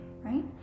right